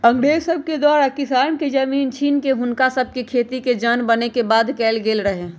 अंग्रेज सभके द्वारा किसान के जमीन छीन कऽ हुनका सभके खेतिके जन बने के बाध्य कएल गेल रहै